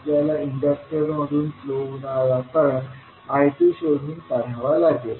आपल्याला इंडक्टर मधून फ्लो होणारा करंट I2शोधून काढावा लागेल